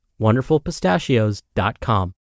wonderfulpistachios.com